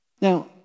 Now